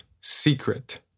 secret